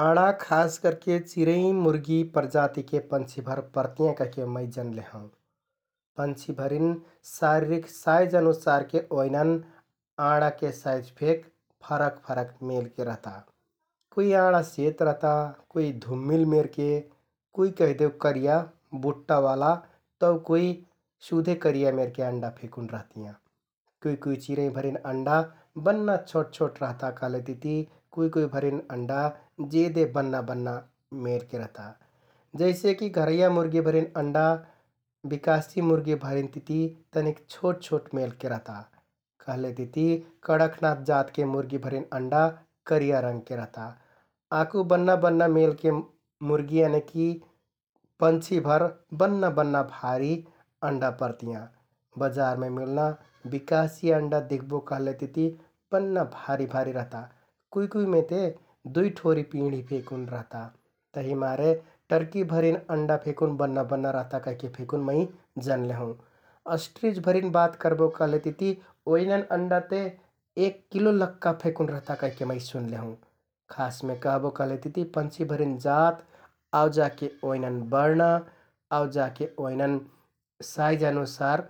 आँडा खास करके चिरैं मुर्गि प्रजातिके पन्छिभर परतियाँ कहिके मै जनले हौं । पन्छिभरिन शारिरीक साइज अनुसारके ओइनन आँडाके साइज फेक फरक फरक मेलके रहता । कुइ आँडा सेत रहता कुइ धुम्मिल मेरके कुइ कैहदेउ करिया बुट्टाओला, तौ कुइ सुधे करिया मेरके फेकुन अण्डा रहतियाँ । कुइ कुइ चिरैंभरिन अण्डा बन्‍ना छोट छोट रहता कहलेतिति कुइ कुइ भरिन अण्डा जेदे बन्‍ना बन्‍ना मेरके रहता । जैसेकि घरैया मुर्गिभरिन अण्डा बिकासि मुर्गि भरिन तिति तनिक छोट छोट मेलके रहता, कहलेतिति कडकनाथ जातके मुरगिभरिन अण्डा करिया रंगके रहता । आकु बन्‍ना बन्‍ना मेलके मुर्गि यनिकि पन्छिभर बन्‍ना बन्‍नाभरि अण्डा परतियाँ । बजारमे मिलना बिकासि अण्डा दिख्बो कहलेतिति बन्‍ना भारि भारि रहता । कुइ कुइमे ते दुइ ठोरि पिंढि फेकुन रहता । तहिमारे ट्रकिभरिन अण्डा फेकुन बन्‍ना बन्‍ना रहता कहिके फेकुन मै जनले हौं । अष्‍ट्रिचभरिन बात करबो कहलेतिति ओइनन अण्डा ते एक किलो लक्का फेकुन रहता कहिके मै सुन्ले हौं । खासमे कहबो कहलेतिति पन्छिभरिन जात आउ जाके ओइनन बर्ण, आउ जाके ओइनन साइज अनुसार